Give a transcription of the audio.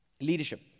leadership